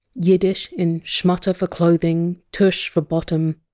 yiddish in! schmutter! for clothing! tush! for bottom.